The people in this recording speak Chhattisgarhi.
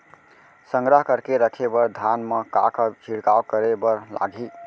संग्रह करके रखे बर धान मा का का छिड़काव करे बर लागही?